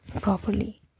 properly